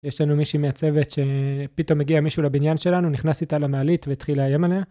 יש לנו מישהי מהצוות שפתאום מגיע מישהו לבניין שלנו נכנס איתה למעלית והתחיל לאיים עליה.